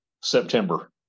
September